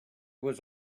was